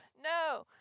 No